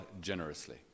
generously